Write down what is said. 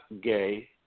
gay